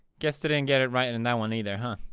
guess they didn't get it right and in that one either, huh?